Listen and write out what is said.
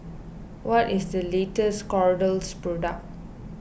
what is the latest Kordel's product